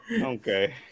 Okay